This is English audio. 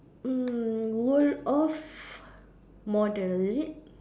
mm world of model is it